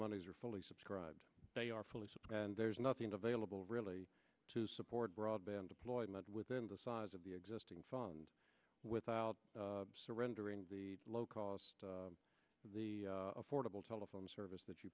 monies are fully subscribed they are fully and there's nothing available really to support broadband deployment within the size of the existing fund without surrendering the low cost of the affordable telephone service that you